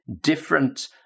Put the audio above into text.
different